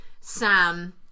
Sam